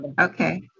Okay